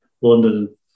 London